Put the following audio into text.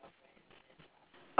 he's damn funny